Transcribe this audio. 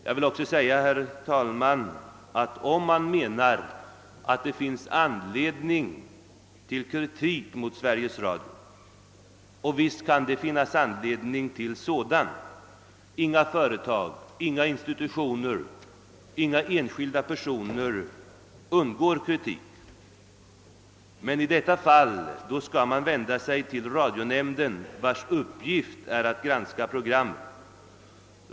Jag vill också säga, herr talman, att om man anser att det finns anledning till kritik mot Sveriges Radio — och visst kan det vara fallet; inga företag, institutioner eller enskilda personer undgår kritik — skall man vända sig till radionämnden, vars uppgift är alt granska programmen.